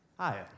Hi